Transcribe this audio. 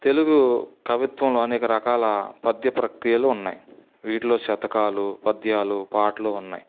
తెలుగు కవిత్వంలో అనేక రకాల పద్య ప్రక్రియలు ఉన్నాయి వీటిలో శతకాలు పద్యాలు పాటలు ఉన్నాయి